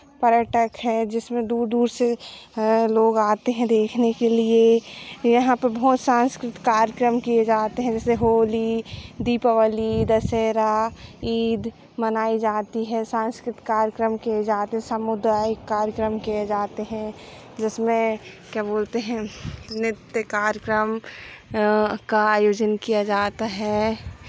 पर्यटक है जिसमें दूर दूर से लोग आते हैं देखने के लिए यहाँ पे बहुत सांस्कृतिक कार्यक्रम किए जाते हैं जैसे होली दीपावली दशहरा ईद मनाई जाती है सांस्कृतिक कार्यक्रम किए जाते हैं सामुदायिक कार्यक्रम किए जाते हैं जिसमें क्या बोलते हैं नित्य कार्यक्रम का आयोजन किया जाता है